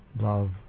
love